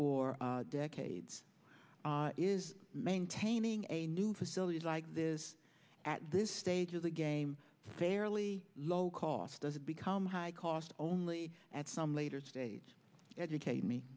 or decades is maintaining a new facility like this at this stage of the game fairly low cost does it become high cost only at some later stage educate me